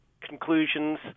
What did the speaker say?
conclusions